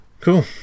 Cool